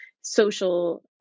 social